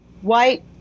white